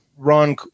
Ron